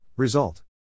Result